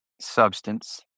substance